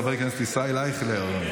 חבר הכנסת ישראל אייכלר,